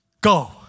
go